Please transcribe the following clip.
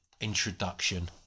introduction